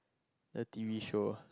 the T_V show